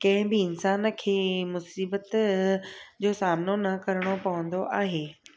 कंहिं बि इन्सान खे मुसीबत जो सामिनो न करिणो पवंदो आहे